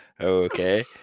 okay